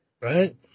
Right